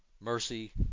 mercy